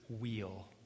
wheel